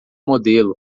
modelo